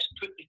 put